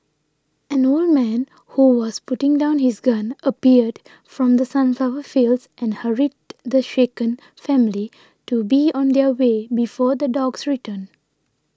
an old man who was putting down his gun appeared from the sunflower fields and hurried the shaken family to be on their way before the dogs return